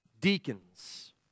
Deacons